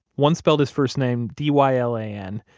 one spelled his first name d y l a n.